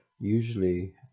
usually